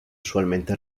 usualmente